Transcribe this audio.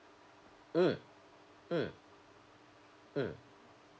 mm mm mm